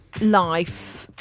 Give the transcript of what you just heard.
life